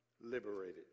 liberated